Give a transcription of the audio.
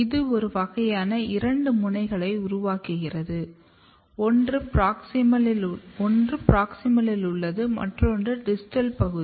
இது ஒரு வகையான இரண்டு முனைகளை உருவாக்குகிறது ஒன்று பிராக்ஸிமலில் உள்ளது மற்றொன்று டிஸ்டல் பகுதி